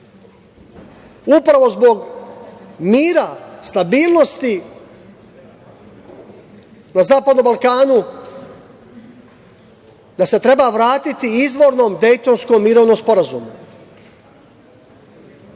upravo zbog mira, stabilnosti na zapadnom Balkanu da se treba vratiti izvornom Dejtonskom mirovnom sporazumu.